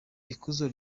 ikuzo